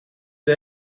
det